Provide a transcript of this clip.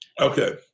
Okay